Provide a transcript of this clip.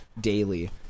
daily